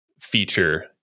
feature